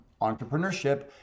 entrepreneurship